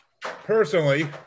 Personally